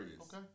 Okay